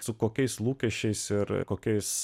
su kokiais lūkesčiais ir kokiais